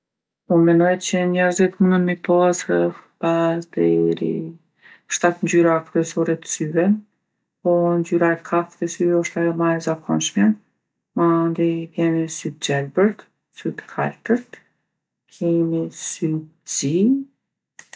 Po unë menoj që njerzit munën mi pasë rreth pesë deri në shtatë ngjyra kryesore t'syve. Po ngjyra e kaftë e syve osht ajo ma e zakonshmja. Mandej vjen me sy t'gjelbërt, sy t'kaltërt, kemi sy t'zi.